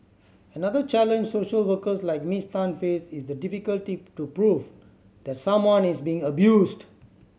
another challenge social workers like Miss Tan face is the difficulty to prove that someone is being abused